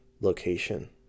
location